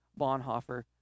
Bonhoeffer